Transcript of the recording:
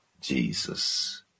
Jesus